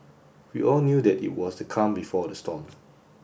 we all knew that it was the calm before the storm